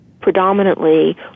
predominantly